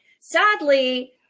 Sadly